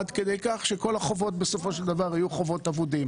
עד כדי שכל החובות בסופו של דבר יהיו חובות אבודים.